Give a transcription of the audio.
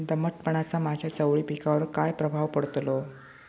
दमटपणाचा माझ्या चवळी पिकावर काय प्रभाव पडतलो?